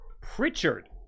Pritchard